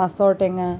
মাছৰ টেঙা